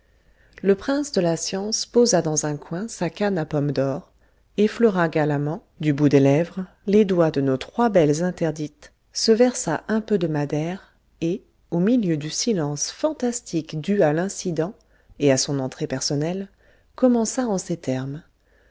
le prince de la science posa dans un coin sa canne à pomme d'or effleura galamment du bout des lèvres les doigts de nos trois belles interdites se versa un peu de madère et au milieu du silence fantastique dû à l'incident et à son entrée personnelle commença en ces termes